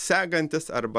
segantis arba